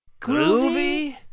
Groovy